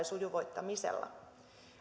sujuvoittamisella